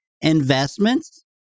Investments